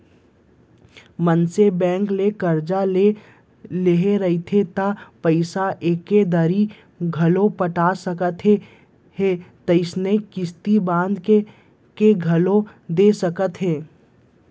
मनसे बेंक ले करजा ले रहिथे त पइसा एके दरी घलौ पटा सकत हे नइते किस्ती बांध के घलोक दे सकथे